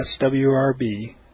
swrb